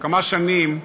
כמה שנים: